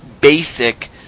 basic